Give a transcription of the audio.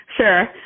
sure